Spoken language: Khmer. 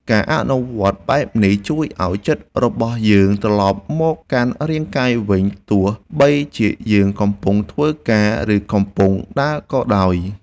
ការអនុវត្តបែបនេះជួយឱ្យចិត្តរបស់យើងត្រឡប់មកកាន់រាងកាយវិញទោះបីជាយើងកំពុងធ្វើការ ឬ កំពុងដើរក៏ដោយ។